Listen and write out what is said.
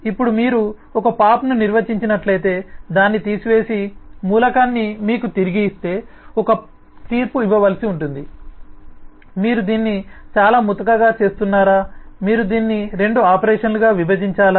ఇప్పుడు మీరు ఒక పాప్ను నిర్వచించినట్లయితే దాన్ని తీసివేసి మూలకాన్ని మీకు తిరిగి ఇస్తే మీరు ఒక తీర్పు ఇవ్వవలసి ఉంటుంది మీరు దీన్ని చాలా ముతకగా చేస్తున్నారా మీరు దీన్ని రెండు ఆపరేషన్లుగా విభజించాలా